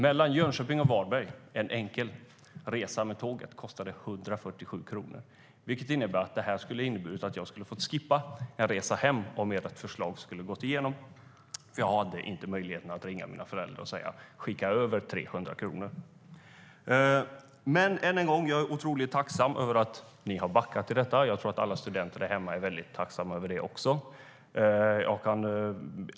Mellan Jönköping och Varberg kostade en enkel tågresa 147 kronor. En sådan här sänkning skulle alltså ha inneburit att jag skulle ha fått skippa en resa hem, för jag hade inte möjlighet att ringa mina föräldrar och säga: Skicka över 300 kronor! Jag är otroligt tacksam för att ni har backat gällande detta, och jag tror att alla studenter där hemma är tacksamma över det också.